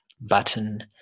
Button